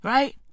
Right